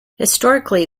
historically